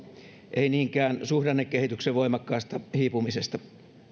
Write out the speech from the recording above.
ei niinkään suhdannekehityksen voimakkaasta hiipumisesta